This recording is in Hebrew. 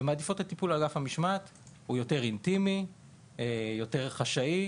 ומעדיפות את הטיפול באגף המשמעת כי הוא יותר אינטימי ויותר חשאי.